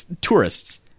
tourists